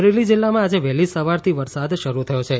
અમરેલી જિલ્લામાં આજે વહેલી સવારથી વરસાદ શરૂ થયો છે